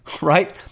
right